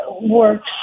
works